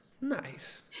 Nice